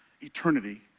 eternity